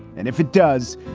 and if it does,